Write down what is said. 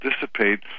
dissipate